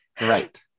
right